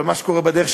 ומה שקורה בדרך,